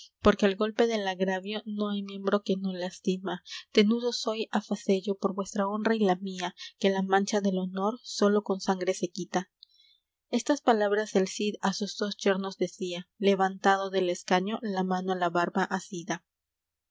porque el golpe del agravio no hay miembro que no lastima tenudo soy á facello por vuesa honra y la mía que la mancha del honor sólo con sangre se quita estas palabras el cid á sus dos yernos decía levantado del escaño la mano á la barba asida